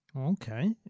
Okay